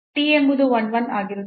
t ಎಂಬುದು 1 1 ಆಗಿರುತ್ತದೆ